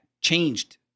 changed